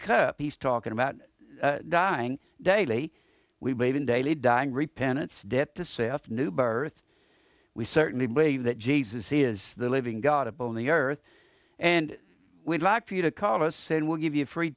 cup he's talking about dying daily we believe in daily dying repentance death to self new birth we certainly believe that jesus is the living god upon the earth and we'd like for you to call us and we'll give you a free